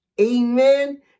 Amen